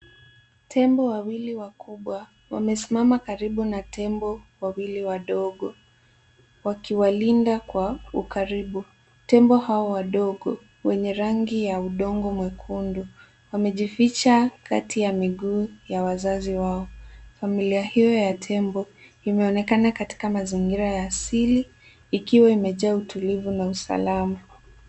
Tembo wawili wakubwa wamesimama karibu na tembo wawili wadogo wakiwalinda kwa ukaribu. Tembo hao wadogo, wenye rangi ya udongo mwekundu, wamejificha kati ya miguu ya wazazi wao. Familia hiyo ya tembo imeonekana katika mazingira ya siri yakiwa imejaa utulivu na usalama.